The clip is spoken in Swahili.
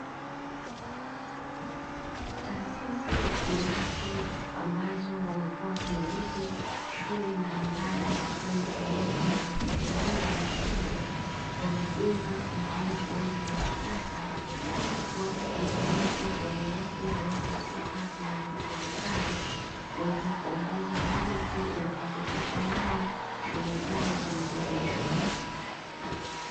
Taasisi binafsi ambazo wamekuwa wakimiliki shule mbalimbali ikiwa ni pamoja na za sekondari na msingi wamejenga majengo bora na ya kisasa, hivyo kuwapa changamoto wale wote wanaohusika na serikali kuweza kuongeza bajeti na kuhakikisha nao shule zao zinaboreshwa.